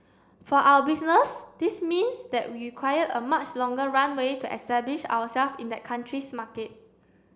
for our business this means that we require a much longer runway to establish ourself in that country's market